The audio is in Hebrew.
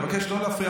אני מבקש לא להפריע.